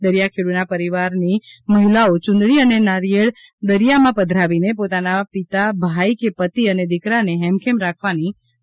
દરિયાખેડૂના પરિવારની મહિલાઓ યુંદડી અને નારિળેય દરિયામાં પધરાવીને પોતાના પિતા ભાઇ કે પતિ અને દિકરાને હેમખેમ રાખવાની પ્રાર્થના કરે છે